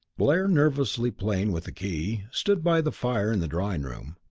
blair, nervously playing with a key, stood by the fire in the drawing-room.